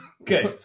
Okay